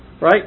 right